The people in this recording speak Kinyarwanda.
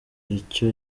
icyo